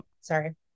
sorry